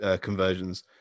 conversions